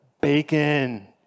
bacon